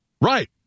Right